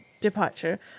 departure